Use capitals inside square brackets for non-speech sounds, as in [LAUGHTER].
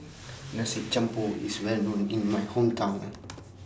Nasi Campur IS Well known in My Hometown [NOISE]